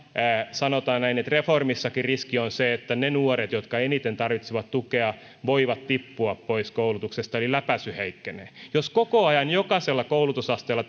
sanotaan näin että reformissakin riski on se että ne nuoret jotka eniten tarvitsevat tukea voivat tippua pois koulutuksesta eli läpäisy heikkenee jos koko ajan jokaisella koulutusasteella